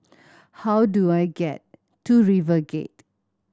how do I get to RiverGate